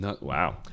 Wow